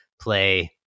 play